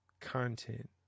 content